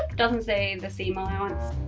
doesn't say the seam allowance.